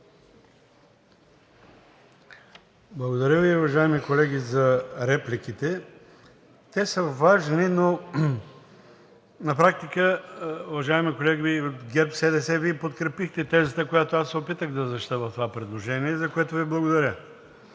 Благодаря Ви, уважаеми колеги, за репликите. Те са важни. На практика, уважаеми колеги от ГЕРБ СДС, Вие подкрепихте тезата, която се опитах да защитя в това предложение, за което Ви благодаря.